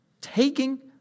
taking